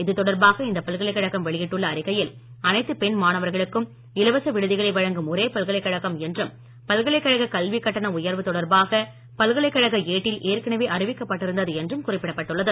இது தொடர்பாக இந்த பல்கலைக்கழகம் வெளியிட்டுள்ள அறிக்கையில் அனைத்து பெண் மாணவர்களுக்கும் இலவச விடுதிகளை வழங்கும் ஒரே பல்கலைக்கழகம் என்றும் பல்கலைக்கழக கல்வி கட்டண உயர்வு தொடர்பாக பல்கலைக்கழக ஏட்டில் ஏற்கனவே அறிவிக்கப்பட்டு இருந்தது என்றும் குறிப்பிட்டுள்ளது